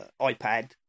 iPad